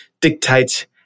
dictates